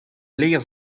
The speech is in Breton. levr